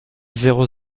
zéro